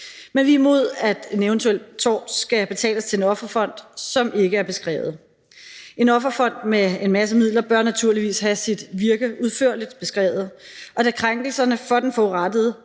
Men vi er imod, at en eventuel godtgørelse for tort skal betales til en offerfond, som ikke er beskrevet. En offerfond med en masse midler bør naturligvis have sit virke udførligt beskrevet, og krænkelserne for den forurettede